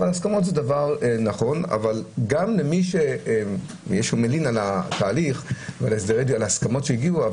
הסכמות זה דבר נכון אבל גם למי שמלין על ההליך ועל ההסכמות שהגיעו,